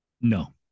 No